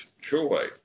joy